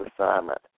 assignment